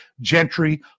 Gentry